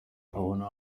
babona